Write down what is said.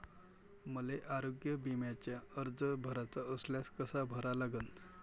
मले आरोग्य बिम्याचा अर्ज भराचा असल्यास कसा भरा लागन?